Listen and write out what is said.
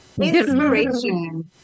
Inspiration